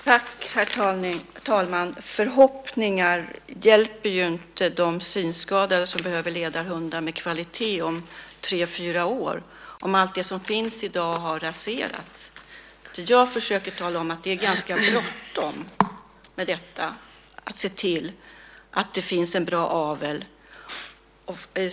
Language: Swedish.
Herr talman! Förhoppningar hjälper inte de synskadade som behöver ledarhundar med kvalitet om tre fyra år om allt som finns i dag har raserats. Jag försöker tala om att det är ganska bråttom med att se till att det finns en bra avel.